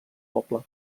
poble